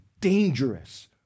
dangerous